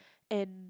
and